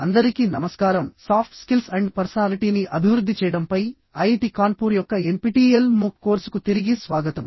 అందరికీ నమస్కారం soft skills and పర్సనాలిటీని అభివృద్ధి చేయడంపై ఐఐటి కాన్పూర్ యొక్క ఎన్పిటిఇఎల్ మూక్ కోర్సుకు తిరిగి స్వాగతం